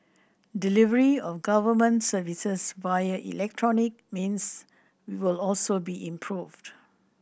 delivery of government services via electronic means will also be improved